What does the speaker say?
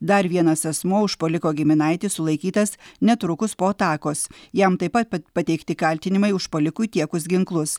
dar vienas asmuo užpuoliko giminaitis sulaikytas netrukus po atakos jam taip pat pateikti kaltinimai užpuolikui tiekus ginklus